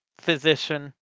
physician